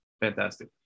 Fantastic